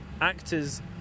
actors